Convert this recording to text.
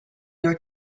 your